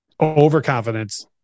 overconfidence